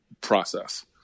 process